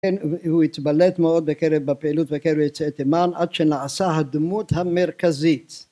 הוא התבלט מאוד בפעילות בקרב יוצאי תימן עד שנעשה הדמות המרכזית